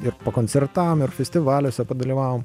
ir pakoncertavom ir festivaliuose padalyvavom